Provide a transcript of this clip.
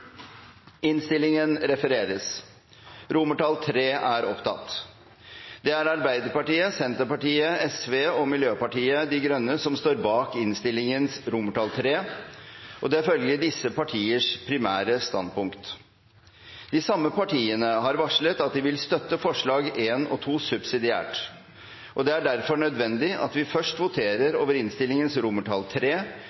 Arbeiderpartiet, Senterpartiet, Sosialistisk Venstreparti og Miljøpartiet De Grønne står bak innstillingens III, og det er følgelig disse partienes primære standpunkt. De samme partiene har varslet at de vil støtte forslagene nr. 1 og 2 subsidiært. Det er derfor nødvendig at vi først voterer